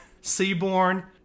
Seaborn